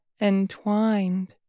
entwined